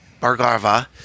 Bargava